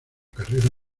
carrera